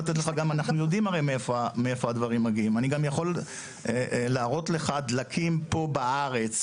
אנחנו הרי יודעים מאיפה הדברים מגיעים ואני יכול להראות לך דלקים פה בארץ